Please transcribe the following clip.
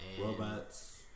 Robots